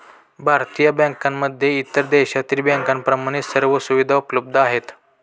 भारतीय बँकांमध्ये इतर देशातील बँकांप्रमाणे सर्व सुविधा उपलब्ध आहेत